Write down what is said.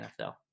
NFL